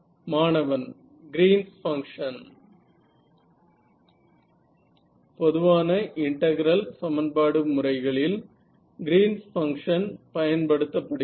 மாணவன் Green's function Green's function பொதுவான integral சமன்பாடு முறைகளில் கிரீன்ஸ் பங்க்ஷன் Green's function பயன்படுத்தப்படுகிறது